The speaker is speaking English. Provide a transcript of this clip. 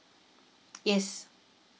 yes